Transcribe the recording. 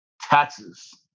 taxes